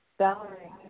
Valerie